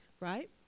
right